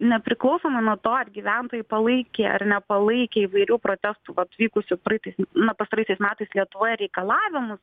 nepriklausoma nuo to ar gyventojai palaikė ar nepalaikė įvairių protestų vat vykusių praeitais na pastaraisiais metais lietuvoje reikalavimus